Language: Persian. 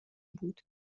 بود